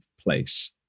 place